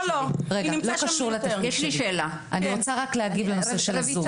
אני רוצה להגיב בנושא של הזום.